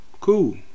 cool